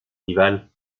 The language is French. rival